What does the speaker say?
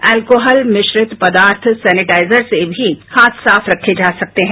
alcohol मिश्रित पदार्थ sanitiser से भी हाथ साफ रखे जा सकते हैं